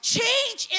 Change